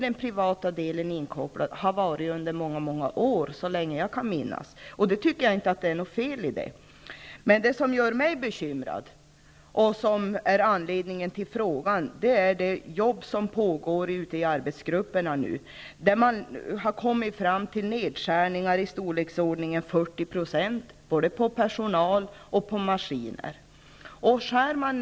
Den privata verksamheten är -- och har under många år, ja, så länge jag kan minnas -- inkopplad i det avseendet. Jag tycker inte att det är något fel med det. Det som dock gör mig bekymrad och som föranleder min fråga är det jobb som för närvarande pågår ute i olika arbetsgrupper. Man har där kommit fram till nedskärningar i storleksordningen 40 % både på personal och på maskinsidan.